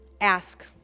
ask